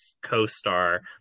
co-star